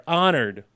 honored